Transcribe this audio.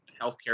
healthcare